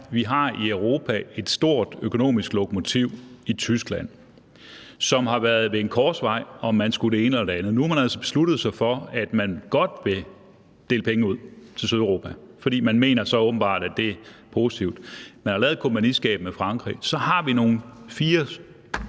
at vi i Europa har et stort økonomisk lokomotiv i Tyskland, som har stået ved en korsvej og skullet beslutte, om man skulle det ene eller det andet, og nu har man altså besluttet sig for, at man godt vil dele penge ud til Sydeuropa, fordi man åbenbart mener, at det er positivt. Man har lavet et kompagniskab med Frankrig. Og så har vi fire